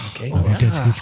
Okay